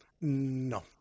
No